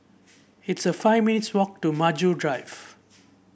it's a five minutes' walk to Maju Drive